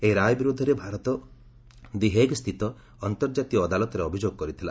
ଏହି ରାୟ ବିରୋଧରେ ଭାରତ 'ଦି ହେଗ୍'ସ୍ଥିତ ଅନ୍ତର୍କାତୀୟ ଅଦାଲତରେ ଅଭିଯୋଗ କରିଥିଲା